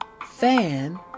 Fan